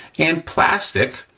and plastic,